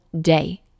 day